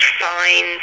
fine